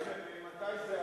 ממתי זה,